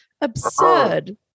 absurd